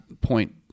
point